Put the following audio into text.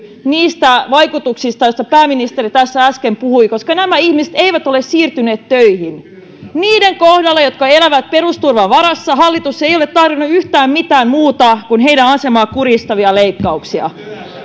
niistä vaikutuksista joista pääministeri tässä äsken puhui koska nämä ihmiset eivät ole siirtyneet töihin niiden kohdalla jotka elävät perusturvan varassa hallitus ei ole tarjonnut yhtään mitään muuta kuin heidän asemaansa kurjistavia leikkauksia